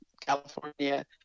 California